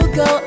go